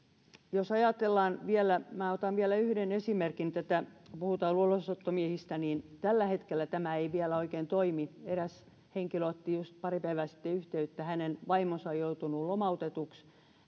jos ajatellaan vielä minä otan vielä yhden esimerkin kun puhutaan ulosottomiehistä niin tällä hetkellä tämä ei vielä oikein toimi eräs henkilö otti just pari päivää sitten yhteyttä hänen vaimonsa on joutunut lomautetuksi